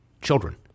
children